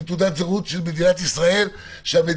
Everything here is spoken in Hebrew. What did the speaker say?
עם תעודת זהות של מדינת ישראל שהמדינה